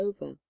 over